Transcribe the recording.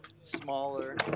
smaller